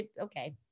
okay